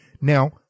Now